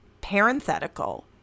Parenthetical